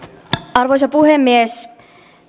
arvoisa puhemies